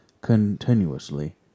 continuously